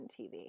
TV